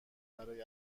برای